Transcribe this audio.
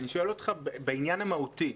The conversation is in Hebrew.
אני שואל אותך בעניין המהותי.